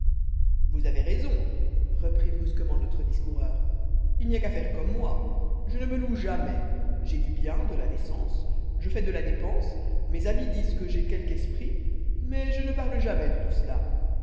vous avez raison reprit brusquement notre discoureur il n'y a qu'à faire comme moi je ne me loue jamais j'ai du bien de la naissance je fais de la dépense mes amis disent que j'ai quelque esprit mais je ne parle jamais de tout cela